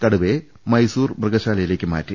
കടുവയെ മൈസൂർ മൃഗശാലയിലേക്ക് മാറ്റി